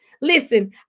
Listen